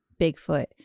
Bigfoot